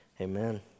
Amen